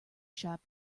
shop